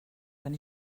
wenn